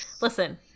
Listen